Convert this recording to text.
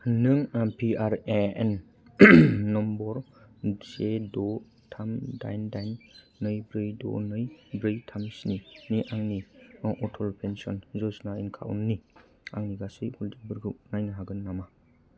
नों P R A N number से द' थाम दाइन दाइन नै ब्रै द' नै ब्रै थाम स्नि नि आंनि अटल पेन्सन य'जना एकाउन्टनि आंनि गासै हल्डिंफोरखौ नायनो हागोन नामा